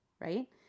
right